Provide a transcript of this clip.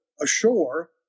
ashore